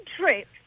trip